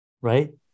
Right